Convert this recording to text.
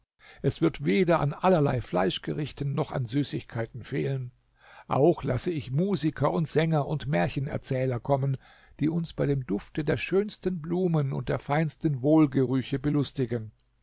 es wird weder an allerlei fleischgerichten noch an süßigkeiten fehlen auch lasse ich musiker und sänger und märchenerzähler kommen die uns bei dem dufte der schönsten blumen und der feinsten wohlgerüche belustigen